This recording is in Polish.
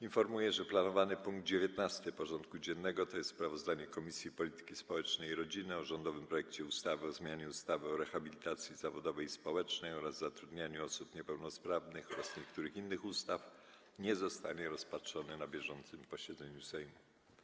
Informuję, że planowany punkt 19. porządku dziennego: Sprawozdanie Komisji Polityki Społecznej i Rodziny o rządowym projekcie ustawy o zmianie ustawy o rehabilitacji zawodowej i społecznej oraz zatrudnianiu osób niepełnosprawnych oraz niektórych innych ustaw nie zostanie rozpatrzony na bieżącym posiedzeniu Sejmu.